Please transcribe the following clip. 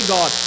God